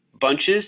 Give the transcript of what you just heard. bunches